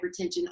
hypertension